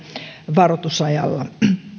varoitusajalla